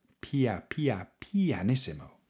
pia-pia-pianissimo